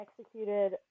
Executed